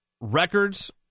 records